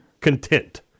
content